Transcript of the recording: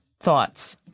Thoughts